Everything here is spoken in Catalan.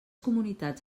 comunitats